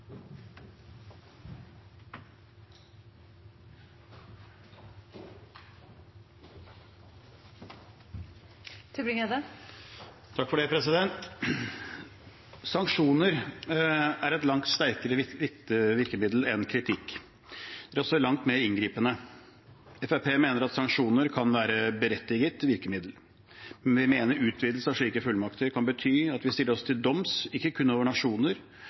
også langt mer inngripende. Fremskrittspartiet mener at sanksjoner kan være berettigede virkemiddel, men vi mener at utvidelse av slike fullmakter kan bety at vi stiller oss til doms, ikke kun over nasjoner